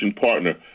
partner